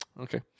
Okay